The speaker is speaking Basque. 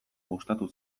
gustatu